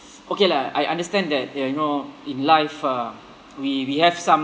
okay lah I understand that ya you know in life uh we we have some